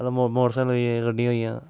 कदें मो मोटरसाईकल होई गे गड्डियां होई गेइयां